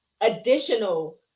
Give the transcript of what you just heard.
additional